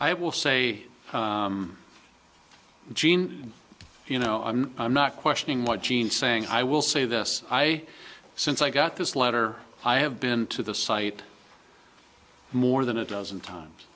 i will say jean you know i'm not i'm not questioning what gene saying i will say this i since i got this letter i have been to the site more than a dozen